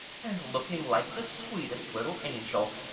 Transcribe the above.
and looking like the sweetest little angel,